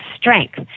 strength